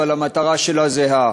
אבל המטרה שלה זהה: